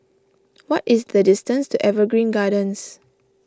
what is the distance to Evergreen Gardens